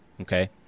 Okay